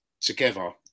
together